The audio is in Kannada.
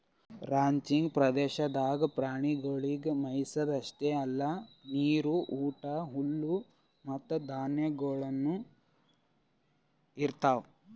ರಾಂಚಿಂಗ್ ಪ್ರದೇಶದಾಗ್ ಪ್ರಾಣಿಗೊಳಿಗ್ ಮೆಯಿಸದ್ ಅಷ್ಟೆ ಅಲ್ಲಾ ನೀರು, ಊಟ, ಹುಲ್ಲು ಮತ್ತ ಧಾನ್ಯಗೊಳನು ಇರ್ತಾವ್